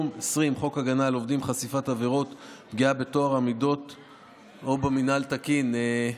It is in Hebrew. הגנה על בריאות הציבור (מזון), התשע"ו 2015,